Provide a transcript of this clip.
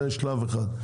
זה שלב אחד,